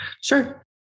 Sure